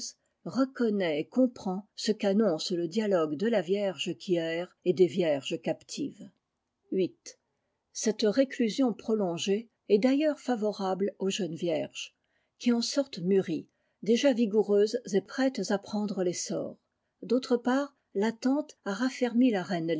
reconnaît et comprend ce qu'annonce le dialogue de la vierge qui erre et des vierges captives viii cette réclusion prolongée est d'ailleurs favorable aux jeunes vierges qui en sortent mûries déjà vigoureuses et prêtes à prendre l'essor d'autre part l'attente a raffermi la reine